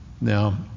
now